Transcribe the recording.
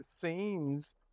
scenes